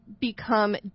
become